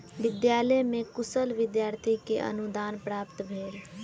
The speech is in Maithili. विद्यालय में कुशल विद्यार्थी के अनुदान प्राप्त भेल